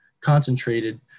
concentrated